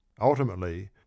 Ultimately